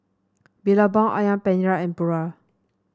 Billabong ayam Penyet Ria and Pura